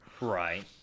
Right